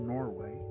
Norway